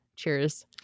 cheers